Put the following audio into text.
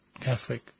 Catholic